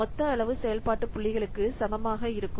மொத்த அளவு செயல்பாட்டு புள்ளிகளுக்கு சமமாக இருக்கும்